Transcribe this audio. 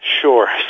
Sure